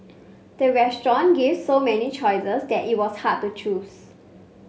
the restaurant gave so many choices that it was hard to choose